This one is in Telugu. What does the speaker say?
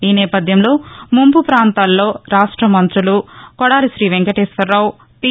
ఈ నేపథ్యంలో ముంపు ప్రాంతాల్లో మంతులు కొడాలి శ్రీ వెంకటేశ్వరరావు పి